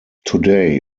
today